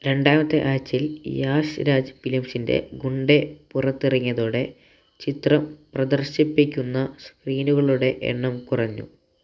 രണ്ടാമത്തെ ആഴ്ചയിൽ യാഷ് രാജ് ഫിലിംസിൻ്റെ ഗുണ്ടെ പുറത്തിറങ്ങിയതോടെ ചിത്രം പ്രദർശിപ്പിക്കുന്ന സ്ക്രീനുകളുടെ എണ്ണം കുറഞ്ഞു